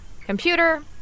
Computer